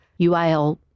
UIL